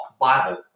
Bible